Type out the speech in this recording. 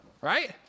right